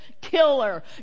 killer